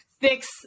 fix